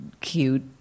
cute